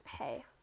hey